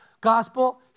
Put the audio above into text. gospel